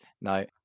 No